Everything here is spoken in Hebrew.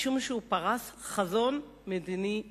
משום שהוא פרס חזון מדיני מקיף.